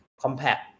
compact